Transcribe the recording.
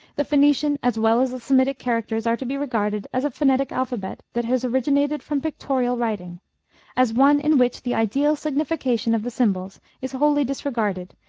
the phoenician as well as the semitic characters are to be regarded as a phonetic alphabet that has originated from pictorial writing as one in which the ideal signification of the symbols is wholly disregarded,